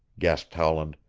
gasped howland.